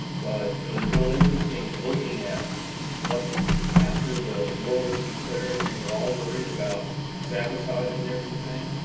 but it was real interesting looking at what after the war was declared, and they were all worried about sabotage and everything,